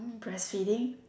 breastfeeding